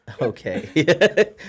Okay